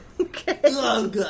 Okay